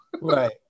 Right